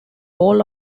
ball